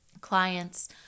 clients